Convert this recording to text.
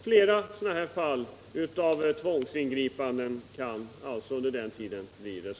Flera fall av tvångsingripanden kan alltså under Torsdagen den